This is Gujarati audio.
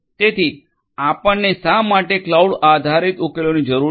તેથી આપણને શા માટે ક્લાઉડ આધારિત ઉકેલોની જરૂર છે